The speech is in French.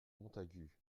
montagu